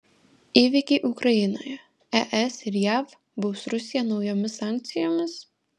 įvykiai ukrainoje es ir jav baus rusiją naujomis sankcijomis